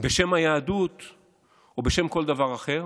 בשם היהדות או בשם כל דבר אחר.